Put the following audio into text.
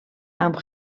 amb